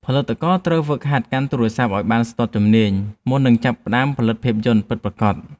ផលិតករត្រូវហ្វឹកហាត់កាន់ទូរស័ព្ទឱ្យបានស្ទាត់ជំនាញមុននឹងចាប់ផ្ដើមផលិតភាពយន្តពិតប្រាកដ។